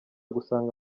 gusanga